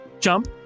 jump